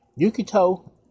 Yukito